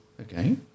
Okay